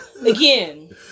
again